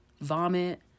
vomit